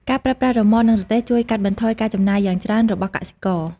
ការប្រើប្រាស់រ៉ឺម៉កនឹងរទេះជួយកាត់បន្ថយការចំណាយយ៉ាងច្រើនរបស់កសិករ។